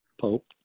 Pope